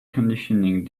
conditioning